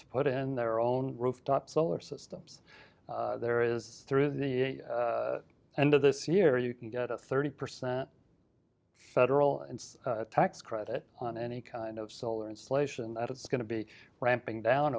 to put in their own rooftop solar systems there is through the end of this year you can get a thirty percent federal tax credit on any kind of solar insolation that it's going to be ramping down